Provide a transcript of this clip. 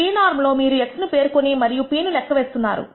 pnorm లో మీరు x ను పేర్కొని మరియు p ను లెక్క వేస్తున్నారు